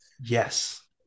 Yes